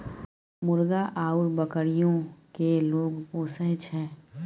मुर्गा आउर बकरीयो केँ लोग पोसय छै